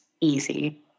Easy